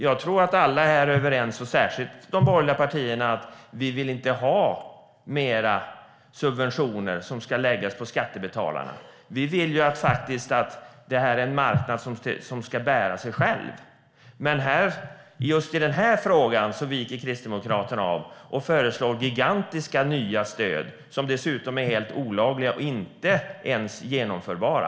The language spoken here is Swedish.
Jag tror att alla här är överens om att vi inte vill ha mer subventioner som ska läggas på skattebetalarna. Det gäller särskilt de borgerliga partierna. Vi vill att marknaden ska bära sig själv. Men just i den här frågan viker Kristdemokraterna av och föreslår gigantiska nya stöd, som dessutom är helt olagliga och inte ens genomförbara.